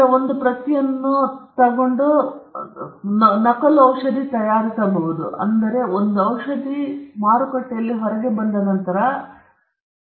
ಔಷಧಿ ಒಮ್ಮೆ ಇದು ಜೀವರಕ್ಷಕ ಔಷಧವೆಂದು ಹೇಳುತ್ತದೆ ಮಾರುಕಟ್ಟೆಯಲ್ಲಿ ಹೊರಗಿದೆ ತಯಾರಕರ ಪ್ರತಿಸ್ಪರ್ಧಿಗಳು ಈ ಔಷಧಿ ತಯಾರಿಸಿದವರು ಅದನ್ನು ವಿಶ್ಲೇಷಿಸಲು ಮತ್ತು ತಯಾರಕರಿಗೆ ಹಿಂದಿರುಗಿಸದೆ ಅದರ ಒಂದು ಪ್ರತಿಯನ್ನು ತಯಾರಿಸಲು ಔಷಧಿ ತೆಗೆದುಕೊಳ್ಳಲುಬಹುದು